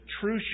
true